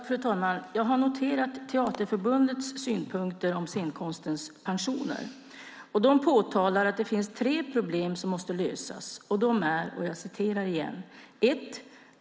Fru talman! Jag har noterat Teaterförbundets synpunkter om scenkonstens pensioner. De påtalar att det finns tre problem som måste lösas: 1.